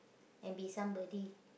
and be somebody